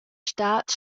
stad